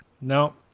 No